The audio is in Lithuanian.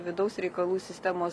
vidaus reikalų sistemos